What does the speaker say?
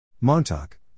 Montauk